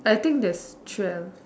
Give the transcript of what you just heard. I think there's twelve